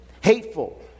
hateful